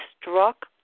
struck